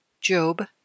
Job